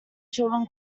children